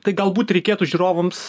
tai galbūt reikėtų žiūrovams